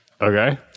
Okay